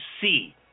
see